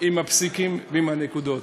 עם הפסיקים ועם הנקודות.